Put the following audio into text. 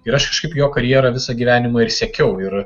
ir aš kažkaip jo karjerą visą gyvenimą ir sekiau ir